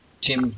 Tim